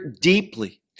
deeply